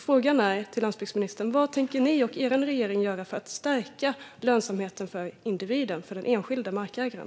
Frågan till landsbygdsministern är: Vad tänker ni och er regering göra för att stärka lönsamheten för individen, för den enskilde markägaren?